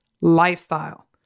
lifestyle